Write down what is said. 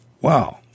wow